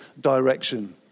direction